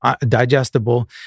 digestible